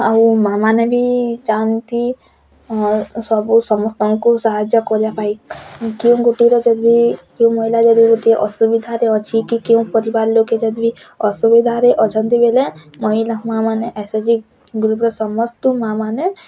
ଆଉ ମାଁ ମାନେ ବି ଚାହାଁନ୍ତି ସବୁ ସମସ୍ତଙ୍କୁ ସାହାଯ୍ୟ କରିବା ପାଇଁ କେଉଁ ଗୋଟେର ଯଦି କେଉଁ ମହିଲା ଯଦି ଗୋଟିଏ ଅସୁବିଧାରେ ଅଛି କି କେଉଁ ପରିବାର ଲୋକେ ଯଦି ବି ଅସୁବିଧାରେ ଅଛନ୍ତି ବୋଇଲେ ମହିଲା ମାଁମାନେ ଏସ ଏଚ ଜି ଗ୍ରୁପର ସମସ୍ତ ମାଁମାନେ